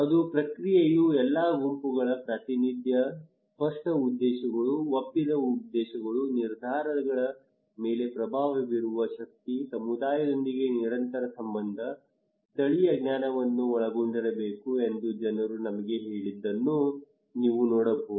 ಮತ್ತು ಪ್ರಕ್ರಿಯೆಯು ಎಲ್ಲಾ ಗುಂಪುಗಳ ಪ್ರಾತಿನಿಧ್ಯ ಸ್ಪಷ್ಟ ಉದ್ದೇಶಗಳು ಒಪ್ಪಿದ ಉದ್ದೇಶಗಳು ನಿರ್ಧಾರಗಳ ಮೇಲೆ ಪ್ರಭಾವ ಬೀರುವ ಶಕ್ತಿ ಸಮುದಾಯದೊಂದಿಗೆ ನಿರಂತರ ಸಂಬಂಧ ಸ್ಥಳೀಯ ಜ್ಞಾನವನ್ನು ಒಳಗೊಂಡಿರಬೇಕು ಎಂದು ಜನರು ನಮಗೆ ಹೇಳಿದ್ದನ್ನು ನೀವು ನೋಡಬಹುದು